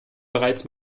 bereits